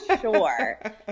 sure